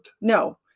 No